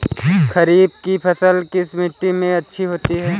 खरीफ की फसल किस मिट्टी में अच्छी होती है?